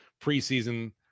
preseason